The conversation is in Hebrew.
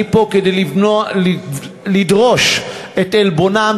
אני פה כדי לדרוש את עלבונם,